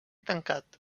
tancat